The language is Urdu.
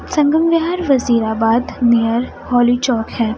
سنگم وہار وزیر آباد نیئر ہولی چوک ہے